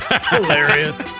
hilarious